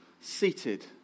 seated